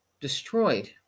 destroyed